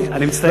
אני מצטער,